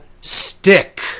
stick